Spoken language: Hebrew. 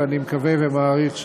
ואני מקווה ומעריך,